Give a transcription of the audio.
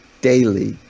daily